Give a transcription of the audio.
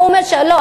הוא אומר: לא,